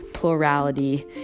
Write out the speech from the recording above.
Plurality